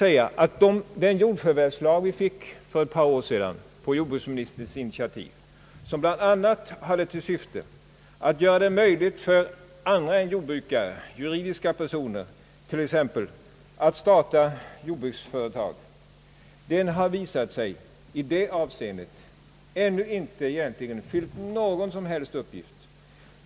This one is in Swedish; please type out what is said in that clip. Jag skulle också vilja påpeka att den nya jordförvärvslag, som vi på jord bruksministerns initiativ fick för ett par år sedan och som bl.a. hade till syfte att göra det möjligt för andra än jordbrukare, t.ex. juridiska personer, att starta jordbruksföretag, i detta avseende ännu inte fyllt någon som helst uppgift.